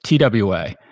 TWA